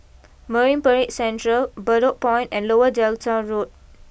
Marine Parade Central Bedok Point and Lower Delta Road